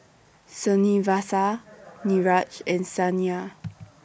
Srinivasa Niraj and Saina